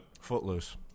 Footloose